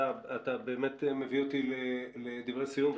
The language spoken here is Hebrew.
אתה באמת מביא אותי לדברי סיום.